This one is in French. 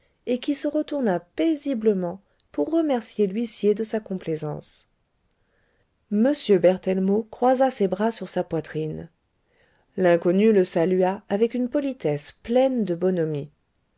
et qui se retourna paisiblement pour remercier l'huissier de sa complaisance m berthellemot croisa ses bras sur sa poitrine l'inconnu le salua avec une politesse pleine de bonhomie